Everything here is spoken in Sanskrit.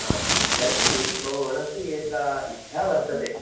हा तर्हि मम मनसी एक इच्छा वर्तते